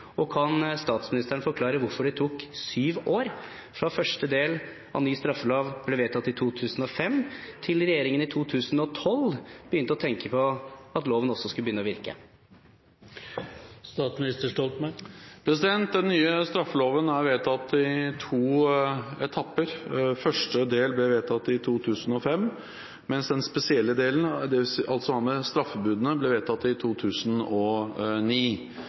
Og kan statsministeren forklare hvorfor det tok syv år fra første del av ny straffelov ble vedtatt i 2005 til regjeringen i 2012 begynte å tenkte på at loven også skulle begynne å virke? Den nye straffeloven er vedtatt i to etapper. Første del ble vedtatt i 2005, mens den spesielle delen som har med straffebudene å gjøre, ble vedtatt i 2009.